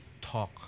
talk